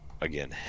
again